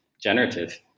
generative